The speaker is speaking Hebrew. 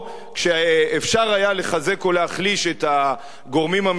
כשאפשר היה לחזק או להחליש את הגורמים המתונים,